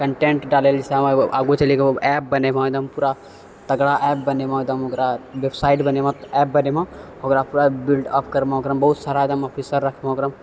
content डालैलए जहिसँ आगे चलिके ओ एप बनैबऽ पूरा तगड़ा एप बनैबऽ एकदम ओकरा वेबसाइट बनैबऽ एप बनैबऽ ओकरा पूरा बिल्डअप करबऽ ओकरामे बहुत सारा अफसर रखबऽ